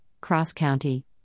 cross-county